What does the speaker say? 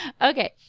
Okay